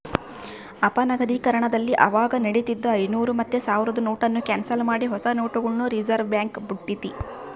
ಅಪನಗದೀಕರಣದಲ್ಲಿ ಅವಾಗ ನಡೀತಿದ್ದ ಐನೂರು ಮತ್ತೆ ಸಾವ್ರುದ್ ನೋಟುನ್ನ ಕ್ಯಾನ್ಸಲ್ ಮಾಡಿ ಹೊಸ ನೋಟುಗುಳ್ನ ರಿಸರ್ವ್ಬ್ಯಾಂಕ್ ಬುಟ್ಟಿತಿ